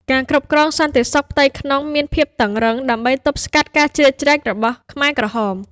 ការគ្រប់គ្រងសន្តិសុខផ្ទៃក្នុងមានភាពតឹងរ៉ឹង ដើម្បីទប់ស្កាត់ការជ្រៀតចូលរបស់ខ្មែរក្រហម។